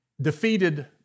defeated